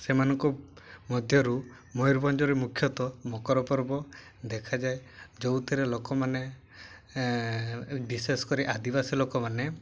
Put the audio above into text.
ସେମାନଙ୍କ ମଧ୍ୟରୁ ମୟୂରଭଞ୍ଜରେ ମୁଖ୍ୟତଃ ମକର ପର୍ବ ଦେଖାଯାଏ ଯେଉଁଥିରେ ଲୋକମାନେ ବିଶେଷ କରି ଆଦିବାସୀ ଲୋକମାନେ